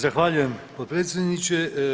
Zahvaljujem potpredsjedniče.